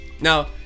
now